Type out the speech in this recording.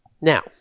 Now